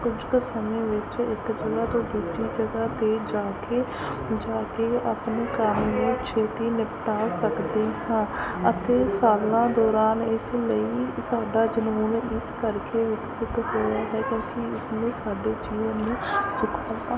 ਕੁਝ ਕ ਸਮੇਂ ਵਿੱਚ ਇੱਕ ਜਗ੍ਹਾ ਤੋਂ ਦੂਜੀ ਜਗ੍ਹਾ 'ਤੇ ਜਾ ਕੇ ਜਾ ਕੇ ਆਪਣੇ ਕੰਮ ਨੂੰ ਛੇਤੀ ਨਿਪਟਾ ਸਕਦੇ ਹਾਂ ਅਤੇ ਸਾਲਾਂ ਦੌਰਾਨ ਇਸ ਲਈ ਸਾਡਾ ਜਨੂੰਨ ਇਸ ਕਰਕੇ ਵਿਕਸਿਤ ਹੋਇਆ ਹੈ ਕਿਉਂਕਿ ਉਸਨੇ ਸਾਡੇ ਜੀਵਨ ਨੂੰ ਸੁਖਾਲਾ